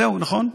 זהו, נכון?